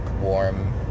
warm